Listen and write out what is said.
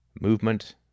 movement